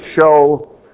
show